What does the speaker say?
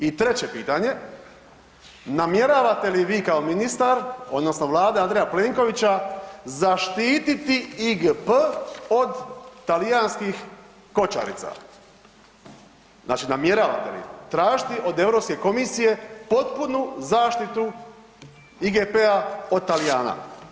I treće pitanje, namjeravate li vi kao ministar odnosno Vlada Andreja Plenkovića zaštititi IGP od talijanskih kočarica, znači namjeravate li tražiti od Europske komisije potpunu zaštitu IGP-a od Talijana?